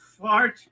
fart